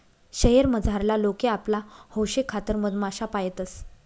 शयेर मझारला लोके आपला हौशेखातर मधमाश्या पायतंस